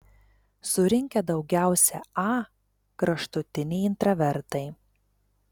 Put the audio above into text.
surinkę daugiausiai a kraštutiniai intravertai